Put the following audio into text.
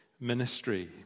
ministry